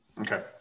Okay